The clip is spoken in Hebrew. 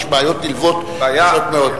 יש בעיות נלוות קשות מאוד.